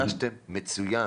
נפגשתם מצוין,